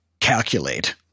calculate-